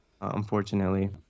unfortunately